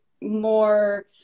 more